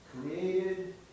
created